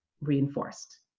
Reinforced